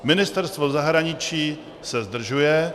Ministerstvo zahraničí se zdržuje.